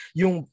yung